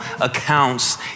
accounts